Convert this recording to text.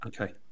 Okay